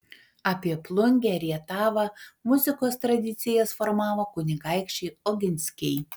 apie plungę rietavą muzikos tradicijas formavo kunigaikščiai oginskiai